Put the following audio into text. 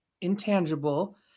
intangible